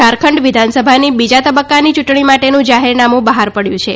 ઝારખંડ વિધાનસભાની બીજા તબક્કાની ચૂંટણી માટેનું જાહેરનામું બહાર પડ્યું છે